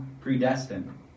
predestined